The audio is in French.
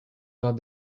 vers